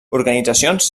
organitzacions